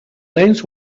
lens